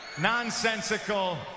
nonsensical